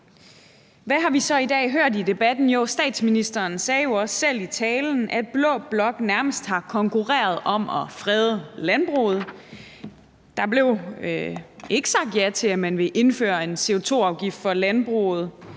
Hvad har vi så hørt i debatten i dag? Jo, statsministeren sagde jo også selv i sin tale, at blå blok nærmest har konkurreret om at frede landbruget; der blev ikke sagt ja til at indføre en CO2-afgift for landbruget.